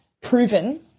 proven